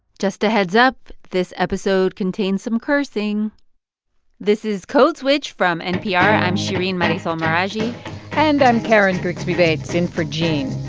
just a heads up this episode contains some cursing this is code switch from npr. i'm shereen marisol meraji and i'm karen grigsby bates, in for gene.